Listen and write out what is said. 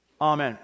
Amen